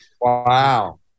Wow